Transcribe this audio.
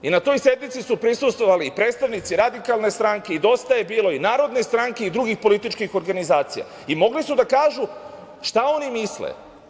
Na toj sednici su prisustvovali i predstavnici Radikalne stranke, Dosta je bilo i Narodne stranke i drugih političkih organizacija i mogli su da kažu šta oni misle.